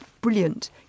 brilliant